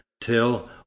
TILL